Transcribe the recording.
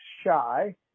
shy